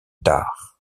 tar